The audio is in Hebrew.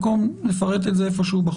יש מקום לפרט את זה בחוק,